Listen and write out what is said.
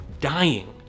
dying